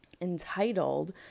entitled